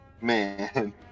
man